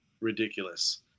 ridiculous